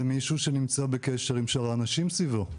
זה מישהו שנמצא בקשר עם שאר האנשים סביבו.